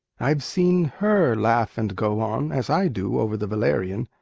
i've seen her laugh and go on, as i do over the valerian,